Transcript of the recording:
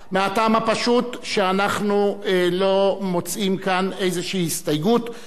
מהטעם הפשוט שאנחנו לא מוצאים כאן איזו הסתייגות,